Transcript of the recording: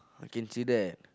I can see that